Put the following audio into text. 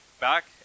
Back